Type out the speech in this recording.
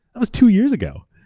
that was two years ago.